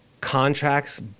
contracts